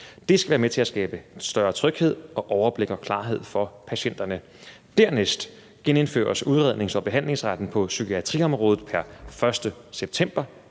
Det skal være med til at skabe en større tryghed og skabe overblik og klarhed for patienterne. Dernæst genindføres udrednings- og behandlingsretten på psykiatriområdet pr. 1. september